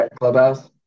Clubhouse